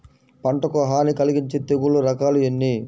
పంటకు హాని కలిగించే తెగుళ్ళ రకాలు ఎన్ని?